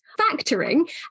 Factoring